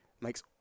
makes